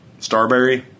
Starberry